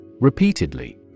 Repeatedly